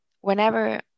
whenever